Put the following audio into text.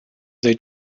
they